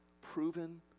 proven